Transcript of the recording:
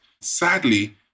Sadly